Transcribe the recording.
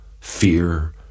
fear